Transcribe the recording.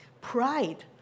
Pride